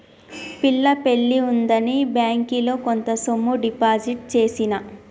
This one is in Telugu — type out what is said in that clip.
పిల్ల పెళ్లి ఉందని బ్యేంకిలో కొంత సొమ్ము డిపాజిట్ చేసిన